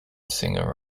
singer